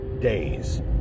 days